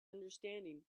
understanding